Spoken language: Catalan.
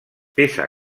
peça